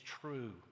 true